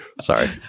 Sorry